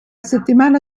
settimana